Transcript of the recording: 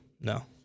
No